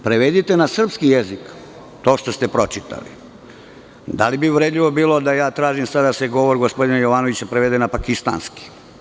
Prevedite na srpski jezik to što ste pročitali, da li bi bilo uvredljivo da tražim da se sada govor gospodina Jovanovića prevede na pakistanski?